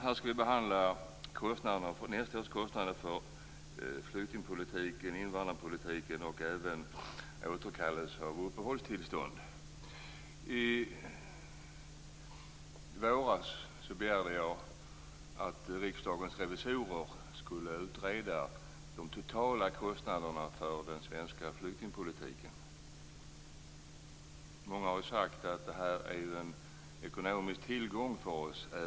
Här skall vi behandla nästa års kostnader för flyktingpolitiken, invandrarpolitiken och även återkallelse av uppehållstillstånd. I våras begärde jag att Riksdagens revisorer skulle utreda de totala kostnaderna för den svenska flyktingpolitiken. Många har sagt att detta är en ekonomisk tillgång för oss.